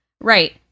right